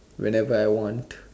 whenever I want